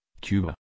Cuba